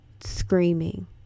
screaming